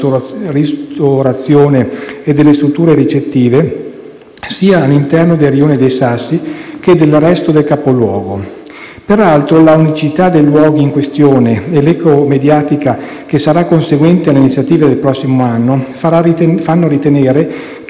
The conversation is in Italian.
sia all'interno del rione dei Sassi che nel resto del capoluogo. Peraltro, l'unicità dei luoghi in questione e l'eco mediatica che sarà conseguente alle iniziative del prossimo anno fanno ritenere che l'attrattività turistica del sito non diminuirà anche in futuro.